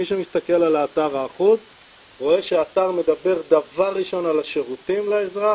מי שמסתכל על האתר האחוד רואה שהאתר מדבר דבר ראשון על השירותים לאזרח,